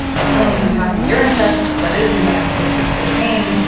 if someone can pass a urine test but is in fact addicted to cocaine,